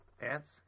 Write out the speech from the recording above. Ants